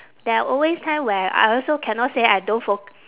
there are always time where I also cannot say I don't fo~